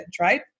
right